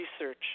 research